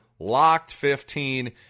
LOCKED15